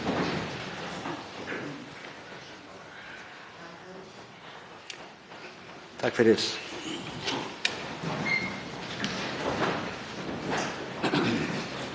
taka fyrir þessa